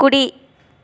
కుడి